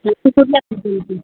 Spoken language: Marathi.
ए सी कुठल्या कंपनीची